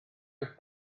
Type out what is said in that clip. eich